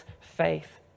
faith